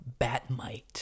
Batmite